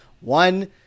One